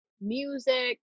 music